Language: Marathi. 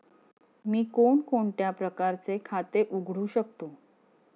मी कोणकोणत्या प्रकारचे खाते उघडू शकतो?